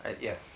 yes